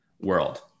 world